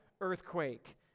earthquake